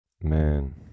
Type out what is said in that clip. Man